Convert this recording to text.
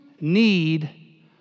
need